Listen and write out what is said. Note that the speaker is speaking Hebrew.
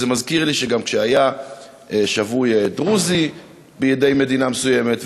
וזה מזכיר לי שגם כשהיה שבוי דרוזי בידי מדינה מסוימת,